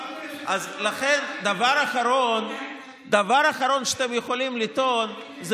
הדבר האחרון שאתם יכולים לטעון זה